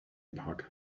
park